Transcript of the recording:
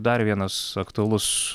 dar vienas aktualus